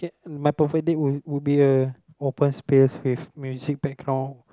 my perfect date would would be a open space with music background